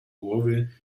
głowy